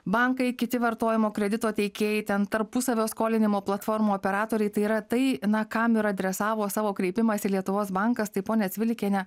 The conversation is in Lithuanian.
bankai kiti vartojimo kredito teikėjai ten tarpusavio skolinimo platformų operatoriai tai yra tai na kam ir adresavo savo kreipimąsi lietuvos bankas tai ponia cvilikiene